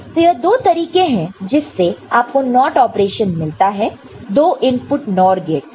तो यह दो तरीके हैं जिससे आपको NOT ऑपरेशन मिलता है 2 इनपुट NOR गेट से